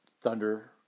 Thunder